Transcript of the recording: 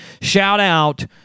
Shout-out